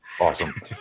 Awesome